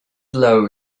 blow